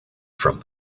from